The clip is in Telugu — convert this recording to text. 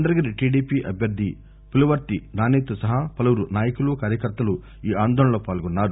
చందగిరి టీడిపి అభ్యర్థి పులివర్తి నాని సహా పలువురు నాయకులు కార్యకర్తలు ఈ ఆందోళనలో పాల్గొన్నారు